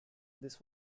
this